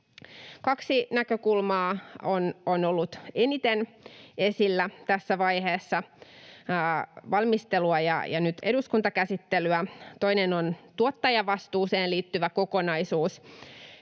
Kaksi näkökulmaa on on ollut eniten esillä tässä vaiheessa valmistelua ja nyt eduskuntakäsittelyssä: Toinen on tuottajavastuuseen liittyvä kokonaisuus,